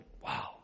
wow